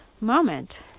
moment